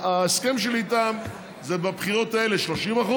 ההסכם שלי איתם זה בבחירות האלה 30%,